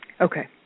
Okay